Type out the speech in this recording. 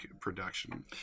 production